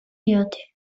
diote